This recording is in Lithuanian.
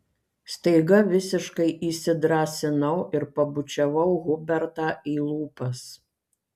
staiga visiškai įsidrąsinau ir pabučiavau hubertą į lūpas